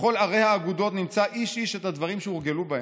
בכל ערי האגודות נמצא איש איש את הדברים שהרגל בהם".